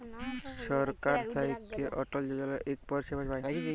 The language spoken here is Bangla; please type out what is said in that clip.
ছরকার থ্যাইকে অটল যজলা ইক পরিছেবা পায়